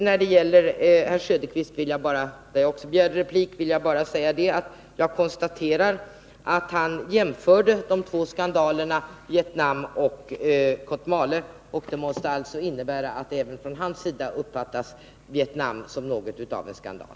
När det gäller Oswald Söderqvists replik i övrigt vill jag bara konstatera att han jämförde de två skandalerna Vietnam och Kotmale. Det måste innebära att även han uppfattar Vietnam som något av en skandal.